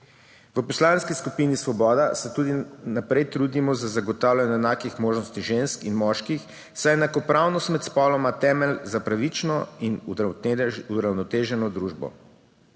V Poslanski skupini Svoboda se tudi naprej trudimo za zagotavljanje enakih možnosti žensk in moških, saj je enakopravnost med spoloma temelj za pravično in uravnoteženo družbo.